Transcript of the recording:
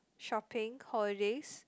shopping holidays